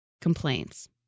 complaints